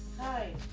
Hi